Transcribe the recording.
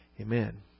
Amen